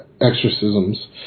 exorcisms